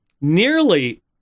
nearly